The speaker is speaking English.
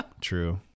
True